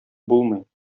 булмый